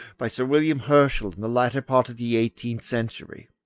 by sir william herschell in the latter part of the eighteenth century.